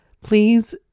please